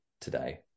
today